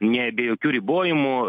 ne be jokių ribojimų